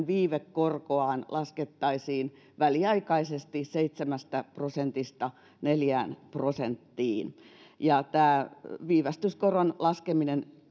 viivekorkoa laskettaisiin väliaikaisesti seitsemästä prosentista neljään prosenttiin tämä viivästyskoron laskeminen